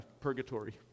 purgatory